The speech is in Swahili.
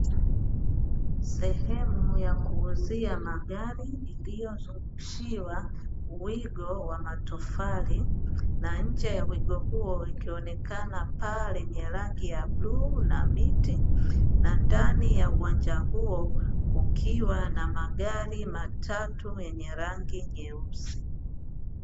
Sehemu ya kuuzia magari iliyozungushiwa wigo wa matofali, na nje ya wigo huo likionekana paa lenye rangi ya bluu na miti, na ndani ya uwanja huo kukiwa na magari matatu yenye rangi nyeusi.